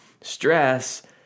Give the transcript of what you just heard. Stress